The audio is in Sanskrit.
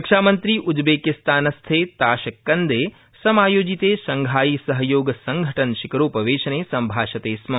रक्षामन्त्री उज्बेकिस्तानस्थे ताशकन्दे समायोजिते शंघाई सहयोग संघ ि शिखरोपवेशने सम्भाषते स्म